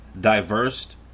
diverse